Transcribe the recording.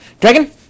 Dragon